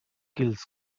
kills